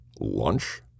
lunch